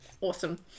Awesome